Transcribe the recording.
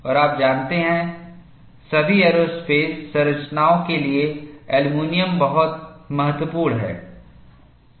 और आप जानते हैं सभी एयरोस्पेस संरचनाओं के लिए एल्यूमीनियम बहुत महत्वपूर्ण है